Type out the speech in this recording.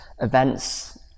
events